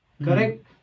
Correct